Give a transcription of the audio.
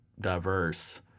diverse